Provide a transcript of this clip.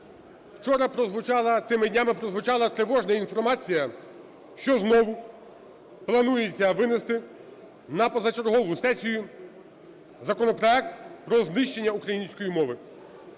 днями прозвучала тривожна інформація, що знову планується винести на позачергову сесію законопроект про знищення української мови.